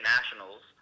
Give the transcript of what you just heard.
Nationals